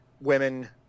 women